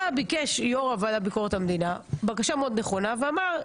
ביקש יו"ר הוועדה לביקורת המדינה בקשה מאוד נכונה ואמר,